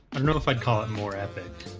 know if i'd call it more epic